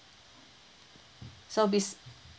so bes~